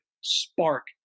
spark